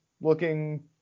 looking –